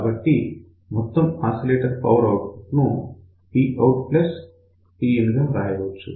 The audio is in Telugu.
కాబట్టి మొత్తం ఆసిలేటర్ పవర్ ఔట్పుట్ ను Pout Pin గా రాయవచ్చు